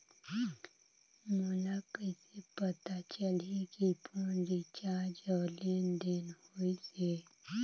मोला कइसे पता चलही की फोन रिचार्ज और लेनदेन होइस हे?